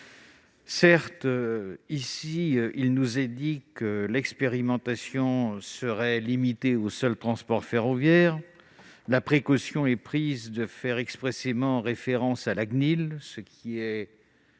Certes, il nous est dit que l'expérimentation serait limitée au seul transport ferroviaire et précaution est prise de faire expressément référence à la CNIL. Pour